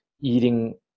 eating